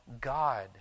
God